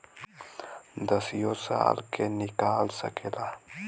दसियो साल के निकाल सकेला